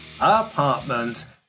apartment